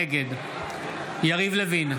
נגד יריב לוין,